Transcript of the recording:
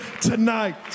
tonight